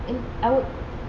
I would I would